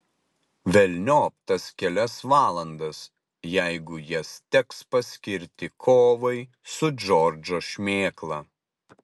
velniop tas kelias valandas jeigu jas teks paskirti kovai su džordžo šmėkla